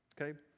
Okay